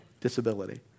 disability